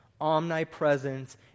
omnipresence